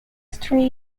three